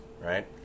right